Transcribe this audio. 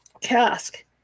cask